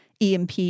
EMP